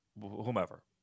whomever